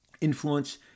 influence